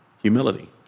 Humility